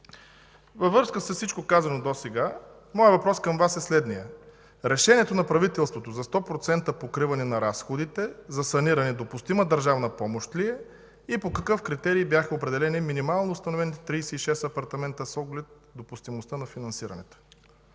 Във връзка с всичко казано досега, моят въпрос към Вас е следният: решението на правителството за 100% покриване на разходите за саниране допустима държавна помощ ли е и по какъв критерий бяха определени минимално установените 36 апартамента с оглед допустимостта на финансирането?